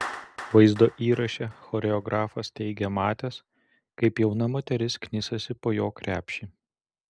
vaizdo įraše choreografas teigė matęs kaip jauna moteris knisasi po jo krepšį